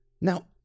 Now